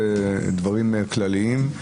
דברים כלליים.